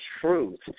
truth